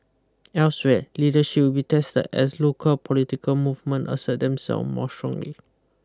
elsewhere leadership will be tested as local political movement assert themselves more strongly